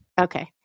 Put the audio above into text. Okay